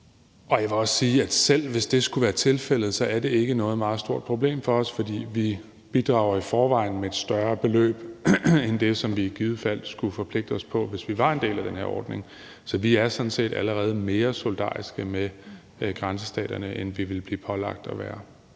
Jeg vil også sige, at selv hvis det skulle være tilfældet, er det ikke noget meget stort problem for os, for vi bidrager i forvejen med et større beløb end det, som vi i givet fald skulle forpligte os på, hvis vi var en del af den her ordning. Så vi er sådan set allerede mere solidariske med grænsestaterne, end vi ville blive pålagt at være.